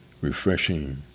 refreshing